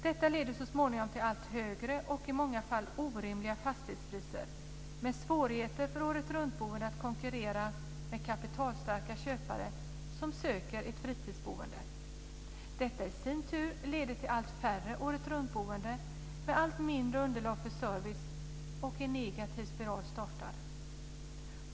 Detta leder så småningom till allt högre och i många fall orimliga fastighetspriser med svårigheter för åretruntboende att konkurrera med kapitalstarka köpare som söker ett fritidsboende. Detta i sin tur leder till allt färre åretruntboende, med allt mindre underlag för service, och en negativ spiral startar.